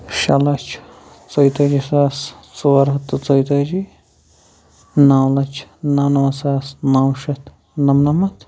شےٚ لچھ ژۄیہِ تٲجی ساس ژور ہتھ تہٕ ژۄیہِ تٲجی نو لچھ نمنمتھ ساس نو شتھ نمنمتھ